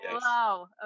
wow